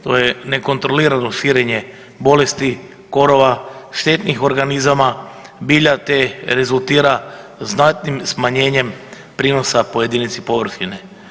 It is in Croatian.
To je nekontrolirano širenje bolesti, korova, štetnih organizama, bilja, te rezultira znatnim smanjenjem prinosa po jedinici površine.